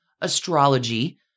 astrology